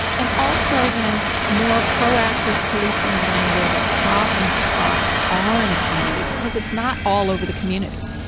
and also then, more proactive policing around where the problem spots are in a community because it's not all over the community.